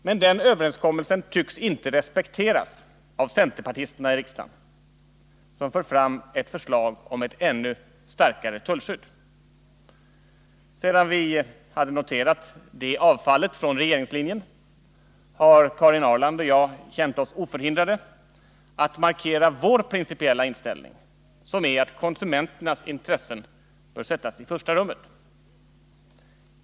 Men den överenskommelsen tycks inte respekteras av centerpartisterna i riksdagen, som för fram ett förslag om ett ännu starkare tullskydd. Sedan vi hade noterat det avfallet från regeringslinjen, kände Karin Ahrland och jag oss oförhindrade att markera vår principiella inställning, som är att konsumenternas intressen bör sättas i första rummet.